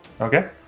Okay